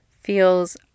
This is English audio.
Feels